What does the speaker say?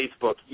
Facebook